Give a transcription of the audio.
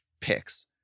picks